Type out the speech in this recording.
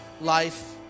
life